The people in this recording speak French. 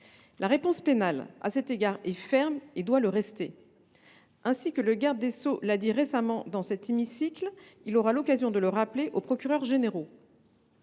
La réponse pénale, à cet égard, est ferme et doit le rester. Ainsi que le garde des sceaux l’a récemment dit dans cet hémicycle, il aura l’occasion de le rappeler aux procureurs généraux.